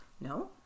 No